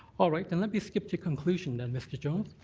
all right. then let me skip to conclusion then, mr. jones.